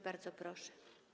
Bardzo proszę.